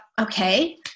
okay